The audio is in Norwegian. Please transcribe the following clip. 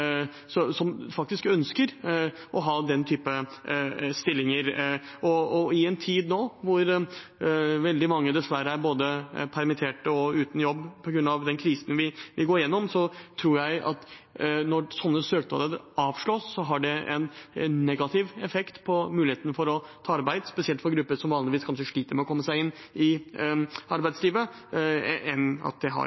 som faktisk ønsker å ha den typen stillinger. I en tid nå hvor veldig mange dessverre både er permittert og uten jobb på grunn av den krisen vi går gjennom, tror jeg at når sånne søknader avslås, har det en negativ effekt på muligheten for å ta arbeid, spesielt for grupper som vanligvis kanskje sliter med å komme seg inn i